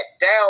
down